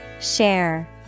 Share